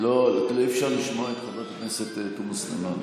אי-אפשר לשמוע את חברת הכנסת תומא סלימאן,